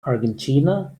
argentina